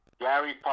Gary